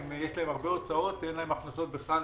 יש להן הרבה הוצאות ואין להן הכנסות בכלל,